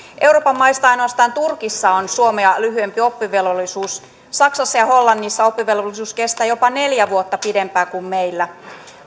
euroopan maista ainoastaan turkissa on suomea lyhyempi oppivelvollisuus saksassa ja hollannissa oppivelvollisuus kestää jopa neljä vuotta pidempään kuin meillä